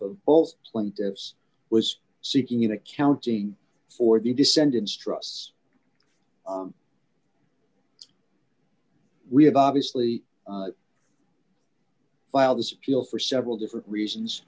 of both plaintiffs was seeking an accounting for the descendants trusts we have obviously filed as feel for several different reasons